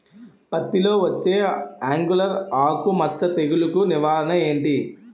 పత్తి లో వచ్చే ఆంగులర్ ఆకు మచ్చ తెగులు కు నివారణ ఎంటి?